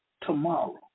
tomorrow